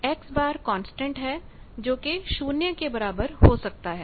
X constant है जो कि शून्य के बराबर हो सकता है